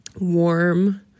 warm